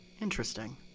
Interesting